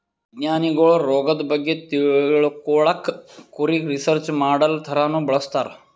ವಿಜ್ಞಾನಿಗೊಳ್ ರೋಗದ್ ಬಗ್ಗೆ ತಿಳ್ಕೊಳಕ್ಕ್ ಕುರಿಗ್ ರಿಸರ್ಚ್ ಮಾಡಲ್ ಥರಾನೂ ಬಳಸ್ತಾರ್